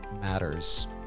matters